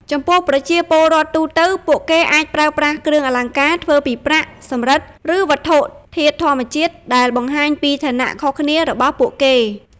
ចំពោះប្រជាពលរដ្ឋទូទៅ ពួកគេអាចប្រើប្រាស់គ្រឿងអលង្ការធ្វើពីប្រាក់ សំរឹទ្ធិ ឬវត្ថុធាតុធម្មជាតិ ដែលបង្ហាញពីឋានៈខុសគ្នារបស់ពួកគេ។